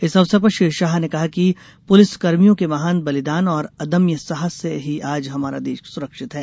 इस अवसर पर श्री शाह ने कहा कि अपने पुलिस कर्मियों के महान बलिदान और अदम्य साहस से ही आज हमारा देश सुरक्षित है